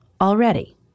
already